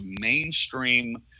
mainstream